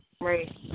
Right